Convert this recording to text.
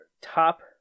top